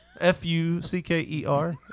F-U-C-K-E-R